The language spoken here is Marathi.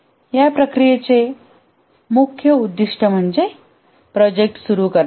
या प्रक्रियेचे मुख्य उद्दीष्ट म्हणजे प्रोजेक्ट सुरू करणे